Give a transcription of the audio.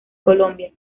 colombia